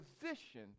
position